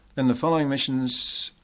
then the following missions.